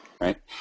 Right